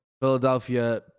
Philadelphia